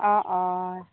অ অ